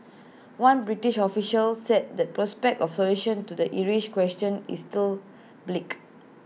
one British official said the prospect of A solution to the Irish question is still bleak